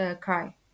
cry